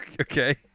okay